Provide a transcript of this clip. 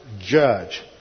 judge